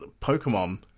Pokemon